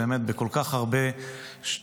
באמת בכל כך הרבה שטויות,